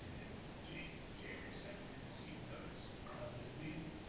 january january second, we received notice of this meeting,